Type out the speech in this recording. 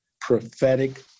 prophetic